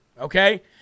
Okay